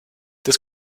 this